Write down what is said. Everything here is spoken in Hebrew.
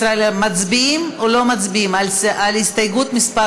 מצביעים או לא מצביעים על הסתייגות מס'